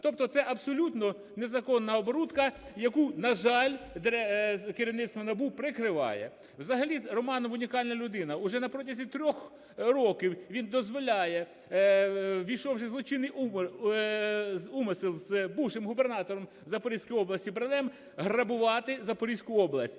Тобто це абсолютно незаконна оборудка, яку, на жаль, керівництво НАБУ прикриває. Взагалі Романов унікальна людина. Вже на протязі 3 років він дозволяє, увійшовши в злочинний умисел з бувшим губернатором Запорізької області Брилем, грабувати Запорізьку область.